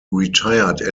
retired